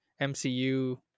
MCU